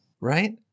Right